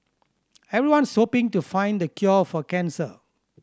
everyone's hoping to find the cure for cancer